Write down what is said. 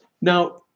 now